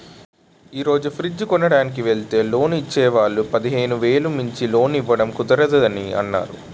ఈ రోజు ఫ్రిడ్జ్ కొనడానికి వెల్తే లోన్ ఇచ్చే వాళ్ళు పదిహేను వేలు మించి లోన్ ఇవ్వడం కుదరదని అన్నారు